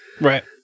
Right